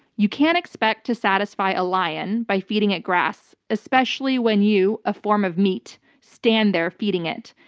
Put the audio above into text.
you can't expect to satisfy a lion by feeding it grass, especially when you, a form of meat, stand there feeding it,